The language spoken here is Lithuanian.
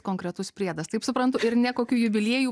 konkretus priedas taip suprantu ir ne kokių jubiliejų